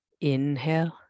Inhale